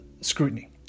scrutiny